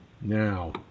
Now